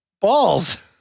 balls